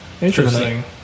Interesting